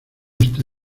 está